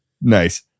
Nice